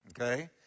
okay